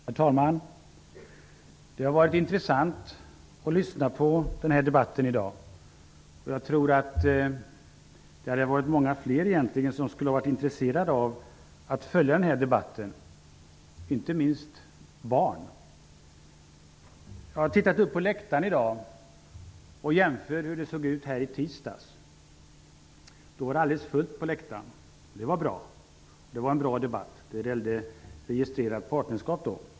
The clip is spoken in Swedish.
Herr talman! Det har varit intressant att lyssna på debatten i dag. Jag tror att många fler skulle ha varit intresserade av att följa debatten, inte minst barn. Jag har tittat upp på läktaren och jämfört med hur det såg ut i tisdags. Då var det alldeles fullt på läktaren. Det var bra. Det var en bra debatt, som gällde registrerat partnerskap.